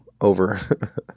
over